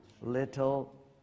little